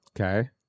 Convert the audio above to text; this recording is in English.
Okay